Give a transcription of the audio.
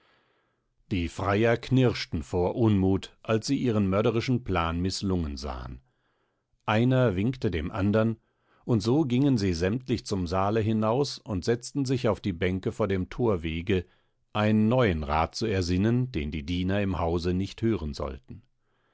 die freier knirschten vor unmut als sie ihren mörderischen plan mißlungen sahen einer winkte dem andern und so gingen sie sämtlich zum saale hinaus und setzten sich auf die bänke vor dem thorwege einen neuen rat zu ersinnen den die diener im hause nicht hören sollten